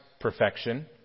perfection